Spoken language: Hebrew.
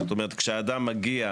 זאת אומרת, כשאדם מגיע